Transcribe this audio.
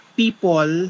people